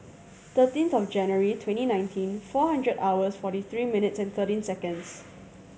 thirteenth of January twenty nineteen four hundred hours forty three minutes and thirteen seconds